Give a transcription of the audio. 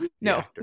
No